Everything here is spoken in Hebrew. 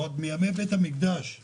עוד מימי בית המקדש אז